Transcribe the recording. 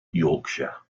yorkshire